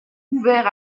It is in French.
ouvert